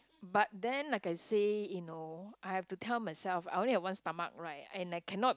but then like I say you know I have to tell myself I only have one stomach right and I cannot